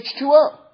H2O